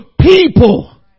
people